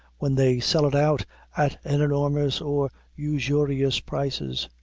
when they sell it out at an enormous or usurious prices,